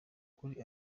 kuri